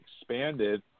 expanded